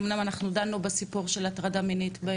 אמנם אנחנו דנו בסיפור של הטרדה מינית.